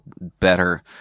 better